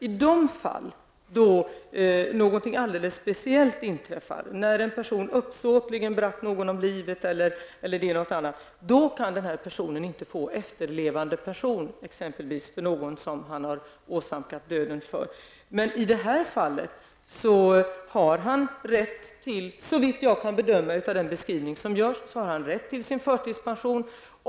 I de fall där någonting alldeles speciellt inträffar, t.ex. när en person uppsåtligen bragt någon om livet eller någonting annat, kan denna person inte få efterlevandepension efter någon han har åsamkat döden. Men i detta fall har denna person, såvitt jag kan bedöma efter den beskrivning som gjorts, rätt till sin förtidspension.